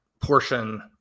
portion